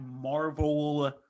Marvel